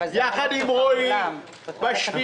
ביחד עם רועי כהן.